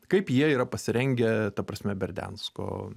kaip jie yra pasirengę ta prasme berdiansko